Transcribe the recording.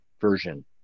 version